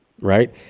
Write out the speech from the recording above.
right